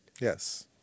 Yes